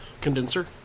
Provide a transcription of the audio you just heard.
condenser